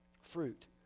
fruit